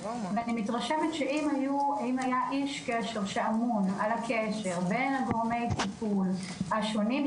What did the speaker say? ואני מתרשמת שאם היה איש קשר שאמון על הקשר בין גורמי הטיפול השונים,